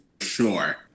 sure